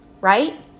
right